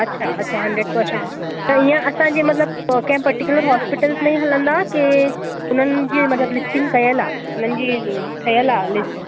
अच्छा अच्छा hundred percent त ईअं असांजे मतिलबु कहिं पर्टीकुलर हॉस्पिटल्स में ई हलंदा की उन्हनि जे मतिलबु लिस्टिंग कयलु आहे उन्हनि जी ठयल आहे लिस्ट